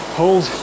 hold